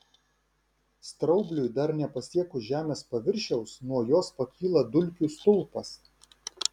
straubliui dar nepasiekus žemės paviršiaus nuo jos pakyla dulkių stulpas